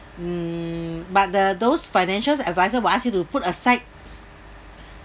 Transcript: mm but there are those financial advisor will ask you to put aside